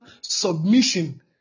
submission